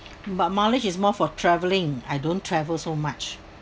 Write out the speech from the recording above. but mileage is more for traveling I don't travel so much